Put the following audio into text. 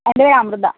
എന്റെ പേര് അമൃത